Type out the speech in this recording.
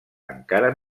encara